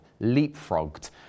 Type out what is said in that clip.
leapfrogged